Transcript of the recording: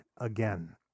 again